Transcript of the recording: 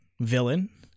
Villain